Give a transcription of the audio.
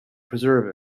preserve